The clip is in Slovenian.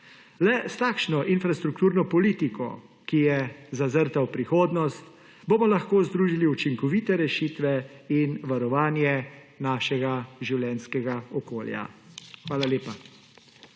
Le s takšno infrastrukturno politiko, ki je zazrta v prihodnost, bomo lahko združili učinkovite rešitve in varovanje našega življenjskega okolja. Hvala lepa.